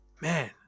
Man